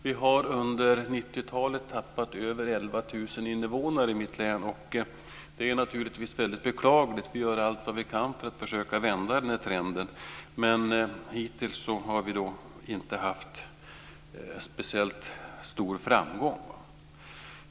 Vi har under 90-talet tappat över 11 000 innevånare i mitt län, och det är naturligtvis väldigt beklagligt. Vi gör allt vi kan för att försöka vända denna trend, men hittills har vi inte haft speciellt stor framgång.